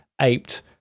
aped